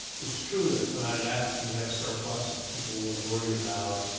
it's true that, when i left, we had a surplus. and people were worried about